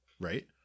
Right